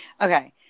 Okay